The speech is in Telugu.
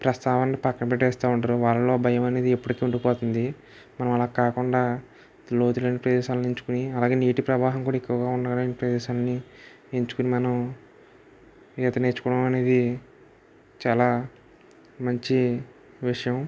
ప్రస్తావన పక్కన పెట్టేస్తు ఉంటారు వాళ్ళలో భయం అనేది ఎప్పటికి ఉండిపోతుంది మనం అలా కాకుండా లోతు లేని ప్రదేశాలని ఎంచుకుని అలాగే నీటి ప్రవాహం కూడా ఎక్కువగా ఉండలేని ప్రదేశాలని ఎంచుకుని మనం ఈత నేర్చుకోవడం అనేది చాలా మంచి విషయం